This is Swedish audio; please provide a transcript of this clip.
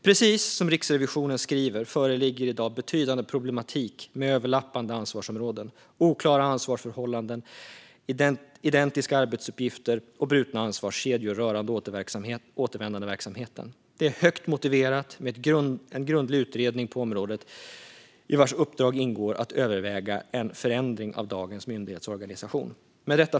Precis som Riksrevisionen skriver föreligger i dag betydande problematik med överlappande ansvarsområden, oklara ansvarsförhållanden, identiska arbetsuppgifter och brutna ansvarskedjor rörande återvändandeverksamheten. Det är högt motiverat med en grundlig utredning på området. I uppdraget bör ingå att överväga en förändring av dagens myndighetsorganisation. Fru talman!